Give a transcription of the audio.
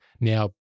now